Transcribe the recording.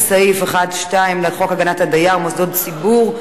סעיף 1(2) לחוק הגנת הדייר (מוסדות ציבור),